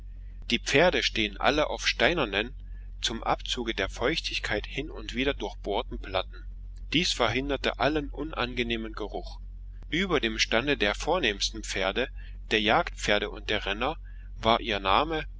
die pferde stehen alle auf steinernem zum abzuge der feuchtigkeit hin und wieder durchbohrten platten dies verhinderte allen unangenehmen geruch über dem stande der vornehmsten pferde der jagdpferde und der renner war ihr name